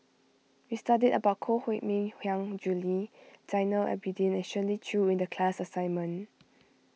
we studied about Koh Mui Hiang Julie Zainal Abidin Shirley Chew in the class assignment